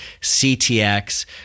CTX